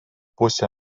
pusę